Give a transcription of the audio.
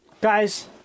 Guys